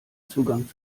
zugang